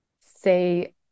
say